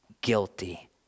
guilty